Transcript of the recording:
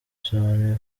bisobanuye